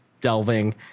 delving